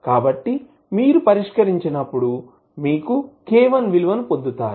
కాబట్టి మీరు పరిష్కరించినప్పుడు మీరు k1 విలువను పొందుతారు